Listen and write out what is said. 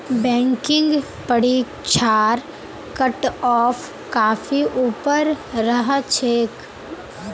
banking परीक्षार cut off काफी ऊपर रह छेक